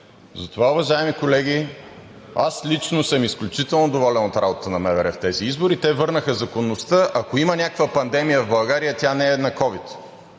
Затова, уважаеми колеги, аз лично съм изключително доволен от работата на МВР в тези избори – те върнаха законността. Ако има някаква пандемия в България, тя не е на COVID